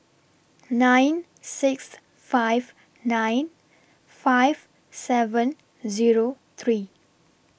nine six five nine five seven Zero three